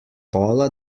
paula